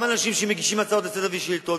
אנשים שמגישים הצעות לסדר-היום ושאילתות,